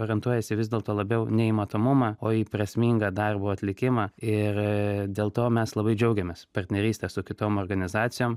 orientuojasi vis dėlto labiau nei matomumą o į prasmingą darbo atlikimą ir dėl to mes labai džiaugiamės partneryste su kitom organizacijom